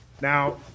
Now